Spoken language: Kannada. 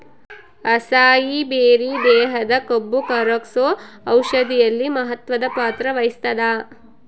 ಅಸಾಯಿ ಬೆರಿ ದೇಹದ ಕೊಬ್ಬುಕರಗ್ಸೋ ಔಷಧಿಯಲ್ಲಿ ಮಹತ್ವದ ಪಾತ್ರ ವಹಿಸ್ತಾದ